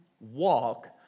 walk